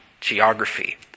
geography